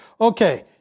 okay